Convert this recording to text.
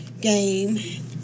game